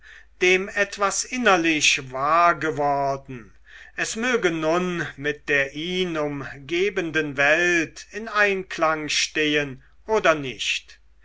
dem etwas innerlich wahr geworden es möge nun mit der ihn umgebenden welt in einklang stehen oder nicht